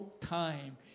time